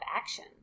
action